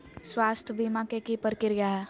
स्वास्थ बीमा के की प्रक्रिया है?